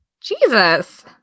Jesus